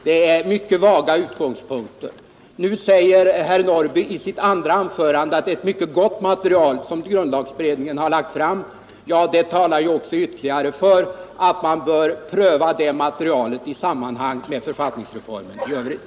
Det är mycket vaga utgångspunkter för en utredning. Nu säger herr Norrby i sitt andra anförande att det är ett mycket gott material som grundlagberedningen har lagt fram. Det talar ytterligare för att man bör pröva materialet i samband med författningsreformen i övrigt!